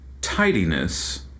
Tidiness